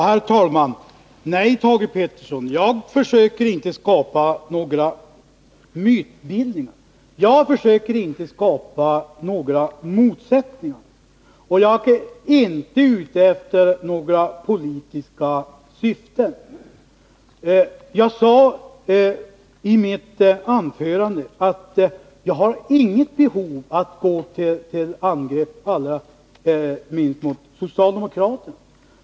Herr talman! Nej, Thage Peterson, jag försöker inte skapa några mytbildningar. Jag försöker heller inte skapa några motsättningar, och jag är inte ute efter att tillgodose några politiska syften. I mitt anförande sade jag att jag inte har något behov av att gå till angrepp mot andra partier, allra minst mot socialdemokraterna.